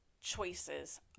choices